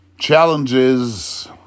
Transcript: Challenges